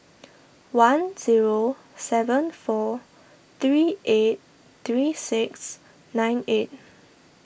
one zero seven four three eight three six nine eight